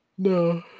No